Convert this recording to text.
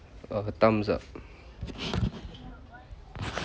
uh thumbs up